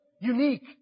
unique